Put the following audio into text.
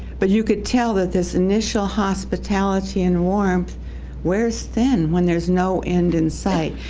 but you could tell that this initial hospitality and warmth wears thin when there's no end in sight,